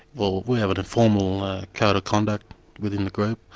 well we have a formal code of conduct within the group.